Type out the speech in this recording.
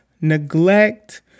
neglect